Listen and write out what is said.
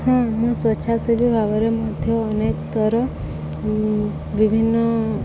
ହଁ ମୁଁ ସ୍ୱଚ୍ଛାସେବୀ ଭାବରେ ମଧ୍ୟ ଅନେକ ଥର ବିଭିନ୍ନ